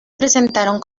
presentaron